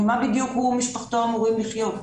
ממה בדיוק הוא ומשפחתו אמורים לחיות?